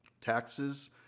taxes